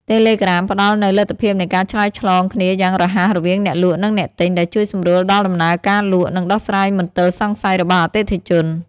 តេឡេក្រាមផ្តល់នូវលទ្ធភាពនៃការឆ្លើយឆ្លងគ្នាយ៉ាងរហ័សរវាងអ្នកលក់ និងអ្នកទិញ ដែលជួយសម្រួលដល់ដំណើរការលក់ និងដោះស្រាយមន្ទិលសង្ស័យរបស់អតិថិជន។